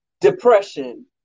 Depression